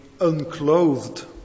unclothed